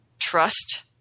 Trust